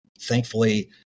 thankfully